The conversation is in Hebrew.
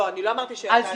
לא, אני לא אמרתי שאין --- לא.